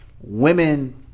women